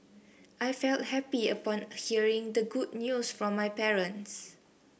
I felt happy upon hearing the good news from my parents